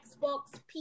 xbox